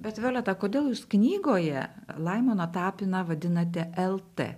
bet violeta kodėl jūs knygoje laimoną tapiną vadinate lt